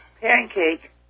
pancake